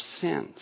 sins